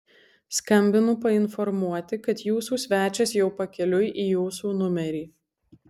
skambinu painformuoti kad jūsų svečias jau pakeliui į jūsų numerį